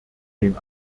den